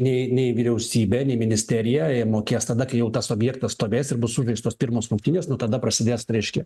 nei neivyriausybė nei ministerija jie mokės tada kai jau tas objektas stovės ir bus sužaistos pirmos rungtynės nu tada prasidės reiškia